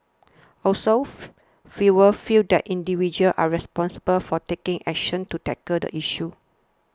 also fewer feel that individuals are responsible for taking action to tackle the issue